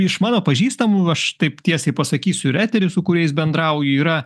iš mano pažįstamų aš taip tiesiai pasakysiu ir etery su kuriais bendrauju yra